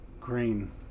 Green